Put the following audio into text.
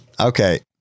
okay